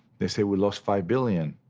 they say we lost five billion.